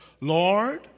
Lord